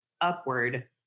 upward